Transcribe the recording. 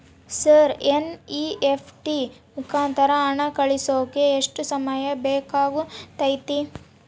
Sir NEFT ಮುಖಾಂತರ ಹಣ ಕಳಿಸೋಕೆ ಎಷ್ಟು ಸಮಯ ಬೇಕಾಗುತೈತಿ?